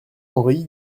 henri